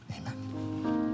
Amen